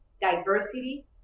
diversity